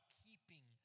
keeping